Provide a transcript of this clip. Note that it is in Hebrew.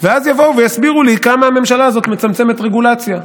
ואז יבואו ויסבירו לי כמה הממשלה הזאת מצמצמת רגולציה.